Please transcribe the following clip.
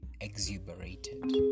exuberated